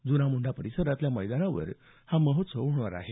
जुना मोंढा परिसरातल्या मैदानावर हा महोत्सव होणार आहे